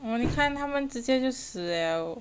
哦你看他们直接就死 liao